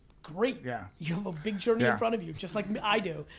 great! yeah you have a big journey in front of you, just like i do,